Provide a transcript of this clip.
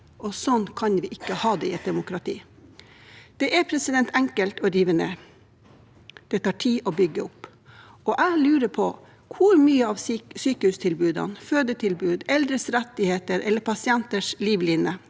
Sånn kan vi ikke ha det i et demokrati. Det er enkelt å rive ned. Det tar tid å bygge opp. Jeg lurer på hvor mye av sykehustilbud, fødetilbud, eldres rettigheter, pasienters livline,